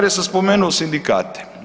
Ja sam spomenuo sindikate.